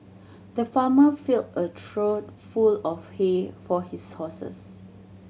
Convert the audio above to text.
the farmer filled a trough full of hay for his horses